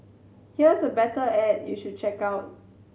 here's a better ad you should check out